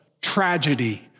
tragedy